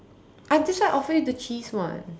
I that's why I offered you the cheese one